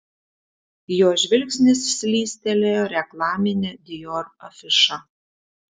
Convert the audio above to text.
jo žvilgsnis slystelėjo reklamine dior afiša